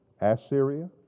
Assyria